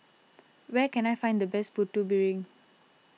where can I find the best Putu Piring